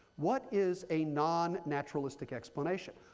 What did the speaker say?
what is a non-naturalistic explanation?